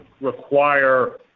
require